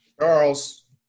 Charles